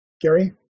Gary